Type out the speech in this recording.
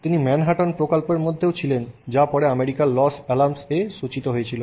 তিনি ম্যানহাটন প্রকল্পের মধ্যেও ছিলেন যা পরে আমেরিকার লস আলামস এ সূচিত হয়েছিল